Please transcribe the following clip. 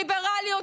ליברליות,